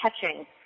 catching